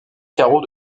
carreau